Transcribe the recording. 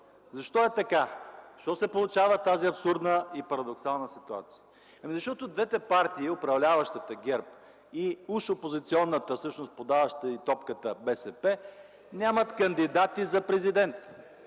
Защо е така? Защо се получава тази абсурдна и парадоксална ситуация? Защото двете партии – управляващата ГЕРБ и уж опозиционната, всъщност подаваща й топката БСП, нямат кандидати за президент!